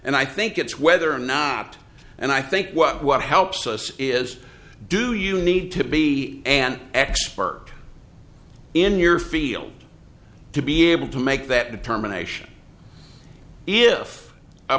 and i think it's whether or not and i think what what helps us is do you need to be an expert in your field to be able to make that determination